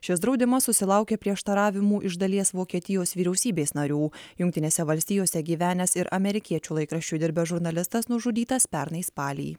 šis draudimas susilaukė prieštaravimų iš dalies vokietijos vyriausybės narių jungtinėse valstijose gyvenęs ir amerikiečių laikraščiui dirbęs žurnalistas nužudytas pernai spalį